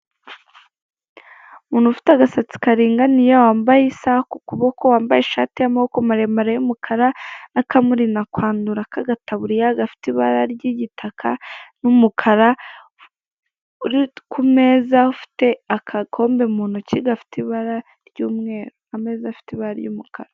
Umuntu ufite agasatsi karinganiye wambaye isaha ku kuboko, wambaye ishati y'amaboko maremare y'umukara, n'akamurinda kwandura k'agataburiya gafite ibara ry'igitaka n'umukara. Uri ku meza ufite agakombe mu ntoki gafite ibara ry'umweru, ameza afite ibara ry'umukara.